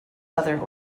other